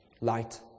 light